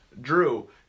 Drew